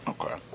Okay